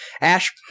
Ash